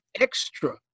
extra